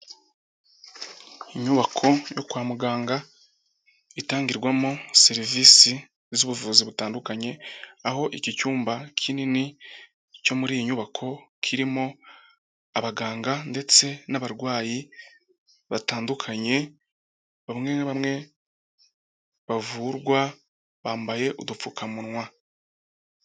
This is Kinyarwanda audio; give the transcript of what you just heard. Inyubako yo kwa muganga itangirwamo serivisi z'ubuvuzi butandukanye, aho iki cyumba kinini cyo muri iyi nyubako kirimo abaganga ndetse n'abarwayi batandukanye, bamwe na bamwe bavurwa, bambaye udupfukamunwa.